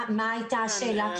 מה הייתה השאלה?